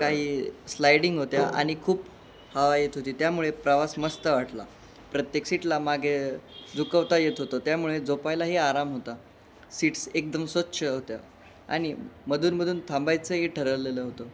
काही स्लायडिंग होत्या आणि खूप हवा येत होती त्यामुळे प्रवास मस्त वाटला प्रत्येक सीटला मागे झुकवता येत होतं त्यामुळे झोपायलाही आराम होता सीट्स एकदम स्वच्छ होत्या आणि मधूनमधून थांबायचंही ठरवलेलं होतं